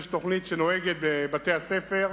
יש תוכנית שמונהגת בבתי-הספר,